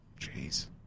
Jeez